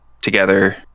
together